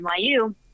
NYU